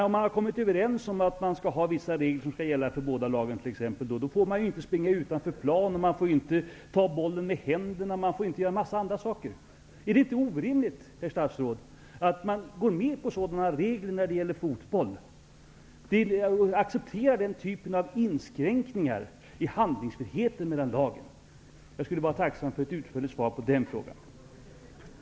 Om man har kommit överens om vissa regler som skall gälla båda lagen, så får man t.ex. inte springa utanför planen, inte ta bollen i händerna osv. Är det inte orimligt, herr statsråd, att gå med på sådana regler och acceptera den typen av inskränkningar i handlingsfriheten för lagen? Jag skulle vara tacksam för ett utförligt svar på frågan.